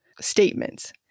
statements